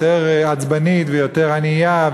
יותר עצבנית ויותר ענייה,